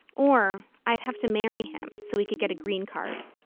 or i'd have to marry him so he could get a green card.